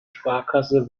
sparkasse